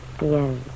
Yes